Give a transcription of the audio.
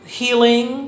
healing